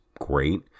great